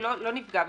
ולא נפגע בזה,